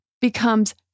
becomes